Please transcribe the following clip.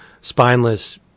spineless